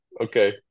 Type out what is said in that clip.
Okay